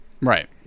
right